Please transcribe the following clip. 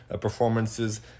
performances